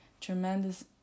tremendous